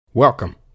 Welcome